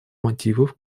мотивов